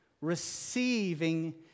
receiving